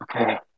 Okay